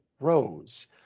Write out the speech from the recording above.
Rose